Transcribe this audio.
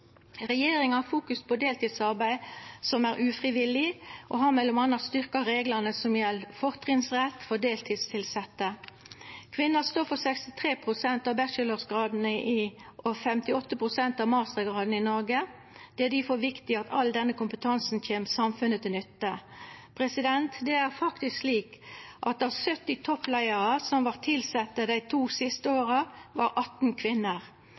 på deltidsarbeid som er ufrivillig, og har m.a. styrkt reglane som gjeld fortrinnsrett for deltidstilsette. Kvinner står for 63 pst. av bachelorgradane og 58 pst. av mastergradane i Noreg. Det er difor viktig at all denne kompetansen kjem samfunnet til nytte. Det er faktisk slik at av 70 toppleiarar som vart tilsette dei to siste åra, var 18 kvinner